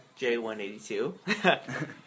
J182